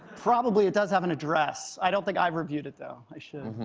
probably. it does have an address. i don't think i reviewed it, though. i should.